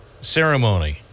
ceremony